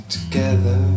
Together